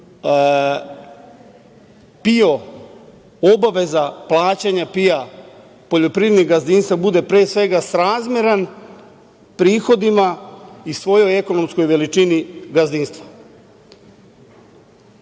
PIO obaveza plaćanja PIO poljoprivrednih gazdinstava bude pre svega srazmeran prihodima i svojoj ekonomskoj veličini gazdinstva.